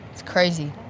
it's crazy.